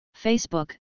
Facebook